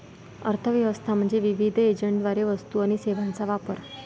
अर्थ व्यवस्था म्हणजे विविध एजंटद्वारे वस्तू आणि सेवांचा वापर